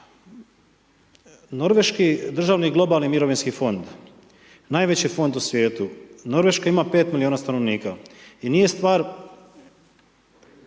Norveški državni globalni mirovinski fond najveći j fond u svijetu. Norveška ima 5 milijuna stanovnika i nije stvar